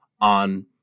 on